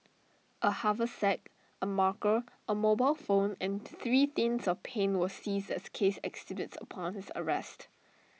A haversack A marker A mobile phone and three tins of paint were seized as case exhibits upon his arrest